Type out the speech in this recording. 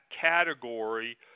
category